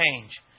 change